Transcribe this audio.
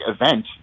event